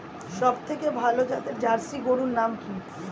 সবথেকে ভালো জাতের জার্সি গরুর নাম কি?